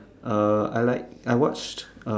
I like I watched